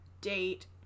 date